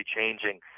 changing